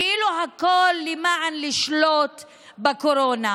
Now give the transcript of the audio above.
כאילו הכול למען שליטה בקורונה.